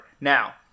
Now